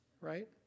right